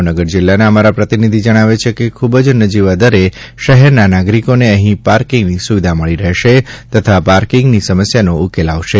ભાવનગર જિલ્લાના અમારા પ્રતિનિધિ જણાવે છે કે ખૂબ જ નજીવા દરે શહેરના નાગરિકોને અહીં પાર્કિંગની સુવિધા મળી રહેશે તથા પાર્કિંગની સમસ્યાનો ઉકેલ આવશે